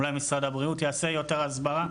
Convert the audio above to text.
אולי משרד הבריאות יעשה יותר הסברה,